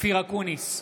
אופיר אקוניס,